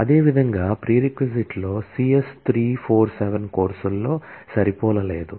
అదేవిధంగా ప్రీరెక్స్లో C S 347 కోర్సుల్లో సరిపోలలేదు